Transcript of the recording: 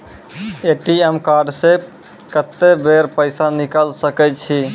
ATM card से कत्तेक बेर पैसा निकाल सके छी?